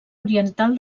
oriental